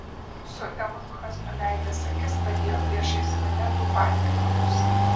mūsų eunuchas nuleidęs akis padėjo priešais mane du patiekalus